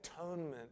atonement